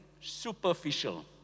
superficial